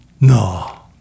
No